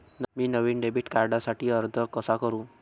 मी नवीन डेबिट कार्डसाठी अर्ज कसा करु?